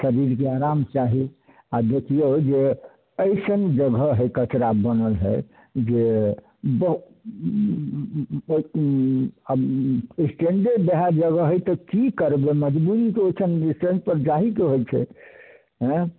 शरीरके आराम चाही आओर देखिऔ जे अइसन जगह हइ कचरा बनल हइ जे आब स्टैण्डे वएह जगह हइ तऽ कि करबै मजबूरीमे ओहिठाम स्टैण्ड तऽ जाइएके होइ छै अँए